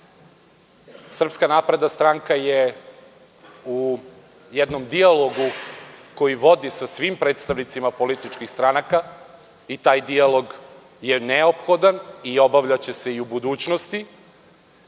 manjine. SNS je u jednom dijalogu, koji vodi sa svim predstavnicima političkih stranaka, i taj dijalog je neophodan i obavljaće se i u budućnosti,